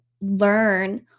learn